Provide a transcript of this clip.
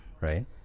right